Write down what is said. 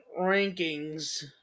rankings